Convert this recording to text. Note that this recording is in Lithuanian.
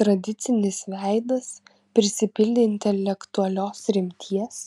tradicinis veidas prisipildė intelektualios rimties